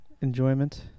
enjoyment